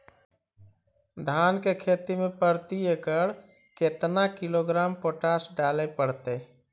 धान की खेती में प्रति एकड़ केतना किलोग्राम पोटास डाले पड़तई?